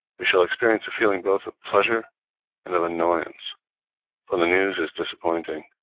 we shall experience a feeling both of pleasure and of annoyance for the news is disappointing,